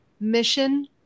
mission